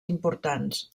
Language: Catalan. importants